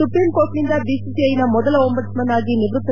supreme ಕೋರ್ಟ್ನಿಂದ ಬಿಸಿಸಿಐನ ಮೊದಲ ಓಂಬಡ್ಸ್ಮನ್ ಆಗಿ ನಿವ್ವತ್ತ